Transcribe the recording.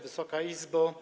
Wysoka Izbo!